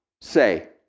say